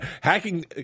Hacking